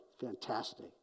Fantastic